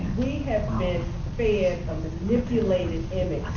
have been fed a manipulated image